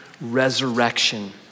resurrection